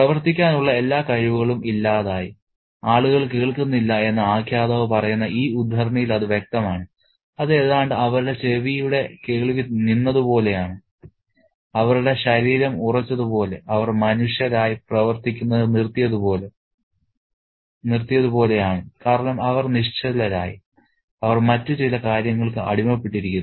പ്രവർത്തിക്കാനുള്ള എല്ലാ കഴിവുകളും ഇല്ലാതായി ആളുകൾ കേൾക്കുന്നില്ല എന്ന് ആഖ്യാതാവ് പറയുന്ന ഈ ഉദ്ധരണിയിൽ അത് വ്യക്തമാണ് അത് ഏതാണ്ട് അവരുടെ ചെവിയുടെ കേൾവി നിന്നതുപോലെയാണ് അവരുടെ ശരീരം ഉറച്ചത് പോലെ അവർ മനുഷ്യരായി പ്രവർത്തിക്കുന്നത് നിർത്തിയതുപോലെ ആണ് കാരണം അവർ നിശ്ചലരായി അവർ മറ്റു ചില കാര്യങ്ങൾക്ക് അടിമപ്പെട്ടിരിക്കുന്നു